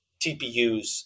TPUs